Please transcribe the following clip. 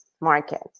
market